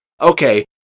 okay